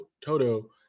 Toto